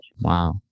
Wow